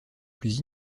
plus